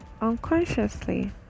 unconsciously